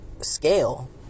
scale